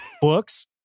books